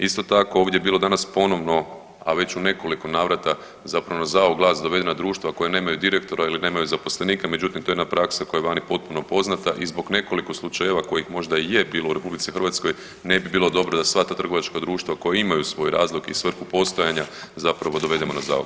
Isto tako ovdje je bilo danas ponovno, a već u nekoliko navrata zapravo na zao glas dovedena društva koja nemaju direktora ili nemaju zaposlenika, međutim to je jedna praksa koja je vani potpuno poznata i zbog nekoliko slučajeva kojih možda je bilo u RH ne bi bilo dobro da sva ta trgovačka društva koja imaju svoj razlog i svrhu postojanja zapravo dovedemo na zao glas.